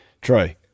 Troy